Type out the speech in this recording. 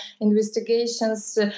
investigations